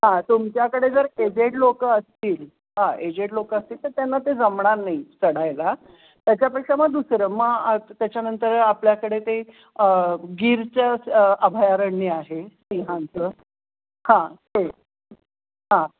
हां तुमच्याकडे जर एजेड लोकं असतील हां एजेड लोकं असतील तर त्यांना ते जमणार नाही चढायला त्याच्यापेक्षा मग दुसरं मग आत त्याच्यानंतर आपल्याकडे ते गीरचं अभयारण्य आहे सिहांचं हां ते हां